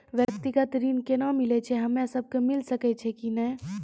व्यक्तिगत ऋण केना मिलै छै, हम्मे सब कऽ मिल सकै छै कि नै?